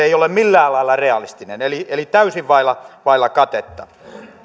ei ole millään lailla realistinen eli on täysin vailla vailla katetta